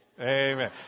Amen